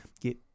get